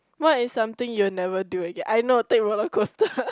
what is something you will never do again I know take roller coaster